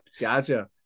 Gotcha